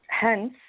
hence